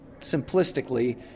simplistically